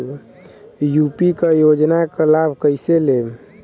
UP क योजना क लाभ कइसे लेब?